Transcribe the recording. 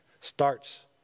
starts